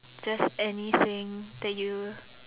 just anything that you